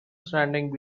standing